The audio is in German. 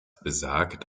besagt